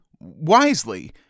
wisely